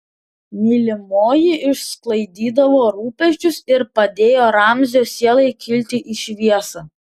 mylimoji išsklaidydavo rūpesčius ir padėjo ramzio sielai kilti į šviesą